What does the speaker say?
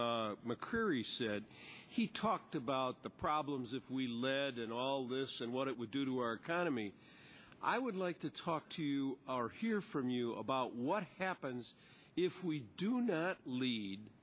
er mccreery said he talked about the problems if we lead in all this and what it would do to our economy i would like to talk to our hear from you about what happens if we do not lead